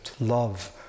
love